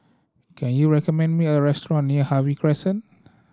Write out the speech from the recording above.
can you recommend me a restaurant near Harvey Crescent